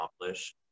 accomplish